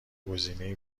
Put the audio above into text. گزینه